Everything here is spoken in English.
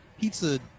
pizza